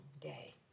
day